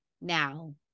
now